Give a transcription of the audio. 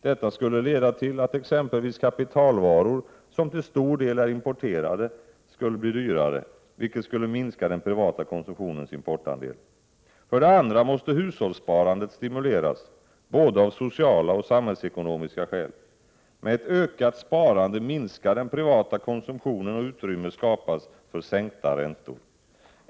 Detta skulle leda till att exempelvis kapitalvaror, som till stor del är importerade, skulle bli dyrare, vilket skulle minska den privata konsumtionens importandel. För det andra måste hushållssparandet stimuleras, både av sociala och av samhällsekonomiska skäl. Med ett ökat sparande minskar den privata konsumtionen och utrymme skapas för sänkta räntor.